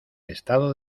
estado